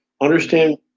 understand